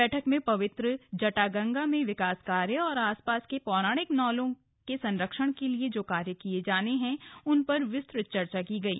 बैठक में पवित्र जटागंगा में विकास कार्य और आसपास के पौराणिक नौलों के संरक्षण के लिए जो कार्य किये जाने हैं उन पर विस्तृत चर्चा की गयी